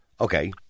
Okay